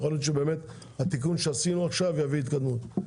יכול להיות שבאמת התיקון שעשינו עכשיו יביא התקדמות,